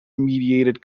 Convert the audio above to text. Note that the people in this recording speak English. mediated